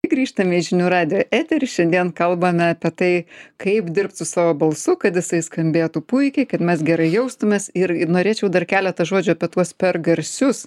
grįžtame į žinių radijo eterį šiandien kalbame apie tai kaip dirbt su savo balsu kad jisai skambėtų puikiai kad mes gerai jaustumės ir norėčiau dar keletą žodžių apie tuos per garsius